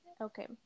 Okay